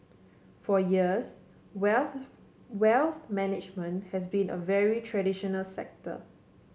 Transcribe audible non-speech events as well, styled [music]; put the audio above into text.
for years [unintelligible] wealth management has been a very traditional sector